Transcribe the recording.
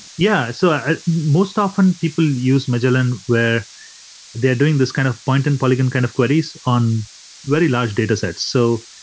yeah, so most often, people use magellan where they're doing this kind of point and polygon polygon kind of queries on very large data sets. so